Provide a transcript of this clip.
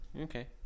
Okay